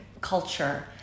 culture